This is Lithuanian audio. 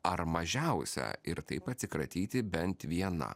ar mažiausia ir taip atsikratyti bent viena